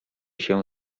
się